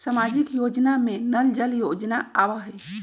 सामाजिक योजना में नल जल योजना आवहई?